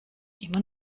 immer